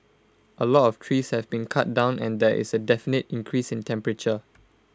A lot of trees have been cut down and there is A definite increase in temperature